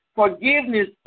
Forgiveness